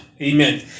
amen